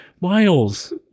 Miles